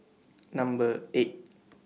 Number eight